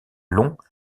longs